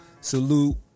salute